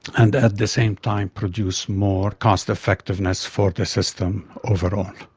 and at the same time produce more cost effectiveness for the system overall.